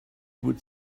would